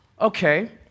Okay